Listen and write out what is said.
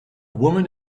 woman